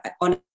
on